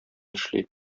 эшли